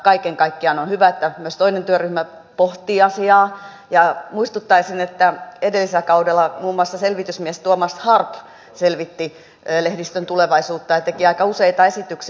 kaiken kaikkiaan on hyvä että myös toinen työryhmä pohtii asiaa ja muistuttaisin että edellisellä kaudella muun muassa selvitysmies tuomas harpf selvitti lehdistön tulevaisuutta ja teki aika useita esityksiä